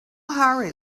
hurry